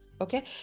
Okay